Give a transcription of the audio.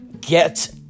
get